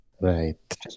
Right